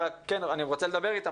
אני פשוט רוצה לדבר איתם.